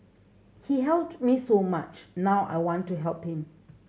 he helped me so much now I want to help him